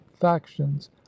factions